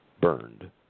burned